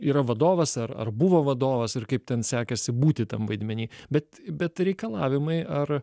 yra vadovas ar ar buvo vadovas ir kaip ten sekėsi būti tam vaidmeny bet bet reikalavimai ar